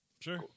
Sure